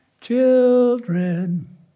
Children